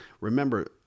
remember